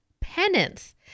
penance